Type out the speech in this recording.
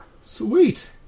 Sweet